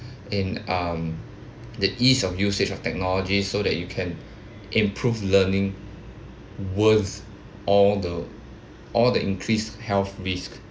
and um the ease of usage of technology so that you can improve learning worth all the all the increased health risk